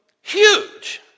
huge